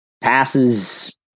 passes